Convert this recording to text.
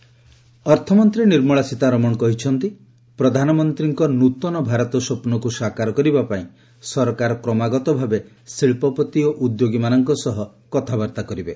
ସୀତାରମଣ କୋଲ୍କାତା ଅର୍ଥମନ୍ତ୍ରୀ ନିର୍ମଳା ସୀତାରମଣ କହିଛନ୍ତି ପ୍ରଧାନମନ୍ତ୍ରୀଙ୍କ ନୃତନ ଭାରତ ସ୍ୱପ୍ରକ୍ର ସାକାର କରିବା ପାଇଁ ସରକାର କ୍ରମାଗତ ଭାବେ ଶିଳ୍ପପତି ଓ ଉଦ୍ୟୋଗୀମାନଙ୍କ ସହ କଥାବାର୍ତ୍ତା କରିବେ